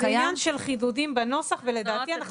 זה עניין של חידודים בנוסח ולדעתי אנחנו